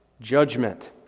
judgment